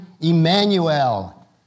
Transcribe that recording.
Emmanuel